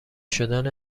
شدن